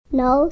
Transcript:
no